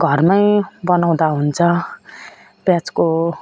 घरमै बनाउँदा हुन्छ प्याजको